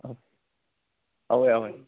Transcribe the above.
اوے اوے